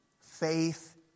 faith